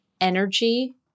energy